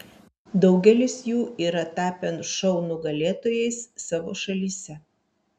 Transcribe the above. daugelis jų yra tapę šou nugalėtojais savo šalyse